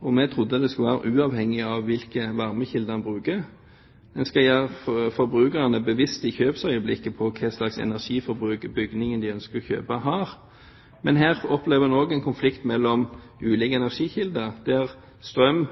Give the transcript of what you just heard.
og vi trodde det skulle være uavhengig av hvilke varmekilder en bruker. En skal gjøre forbrukerne bevisst i kjøpsøyeblikket på hva slags energiforbruk bygningen de ønsker å kjøpe, har. Men her opplever en også en konflikt mellom ulike energikilder, der strøm